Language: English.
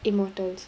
immortals